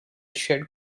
shed